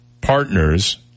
partners